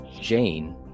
Jane